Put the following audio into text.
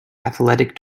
athletic